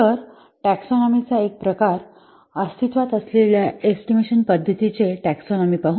तर टेक्सानॉमिचा एक प्रकार पाहू अस्तित्त्वात असलेल्या एस्टिमेशन पद्धतीचे टेक्सानॉमि पाहू